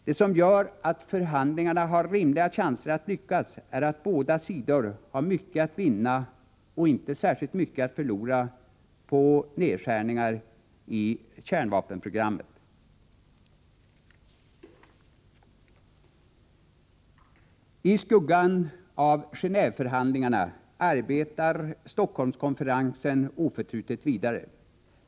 Det som gör att förhandlingarna har rimliga chanser att lyckas är att båda sidor har mycket att vinna och inte särskilt mycket att förlora på nedskärningar i kärnvapenprogrammen. I skuggan av Genéveförhandlingarna arbetar Stockholmskonferensen oförtrutet vidare.